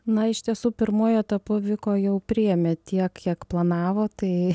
na iš tiesų pirmuoju etapu vyko jau priėmė tiek kiek planavo tai